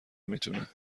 میتونه